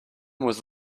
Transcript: was